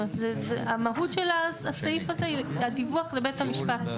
המהות של הסעיף הזה היא הדיווח לבית המשפט.